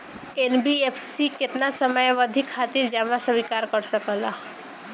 NBFC केतना समयावधि खातिर जमा स्वीकार कर सकला?